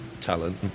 talent